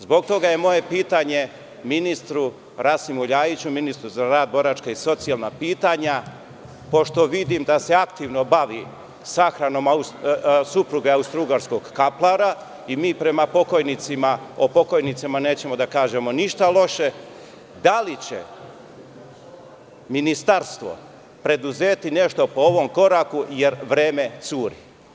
Zbog toga moje pitanje ministru Rasimu Ljajiću, ministru za rad, boračka i socijalna pitanja, pošto vidim da se aktivno bavi sahranom supruge austrougarskog kaplara, a mi o pokojnicima nećemo da kažemo ništa loše, glasi – da li će ministarstvo preduzeti nešto po ovom koraku, jer vreme curi?